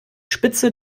spitze